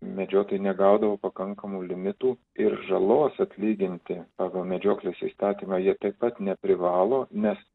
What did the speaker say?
medžiotojai negaudavo pakankamų limitų ir žalos atlyginti pagal medžioklės įstatymą jie taip pat neprivalo nes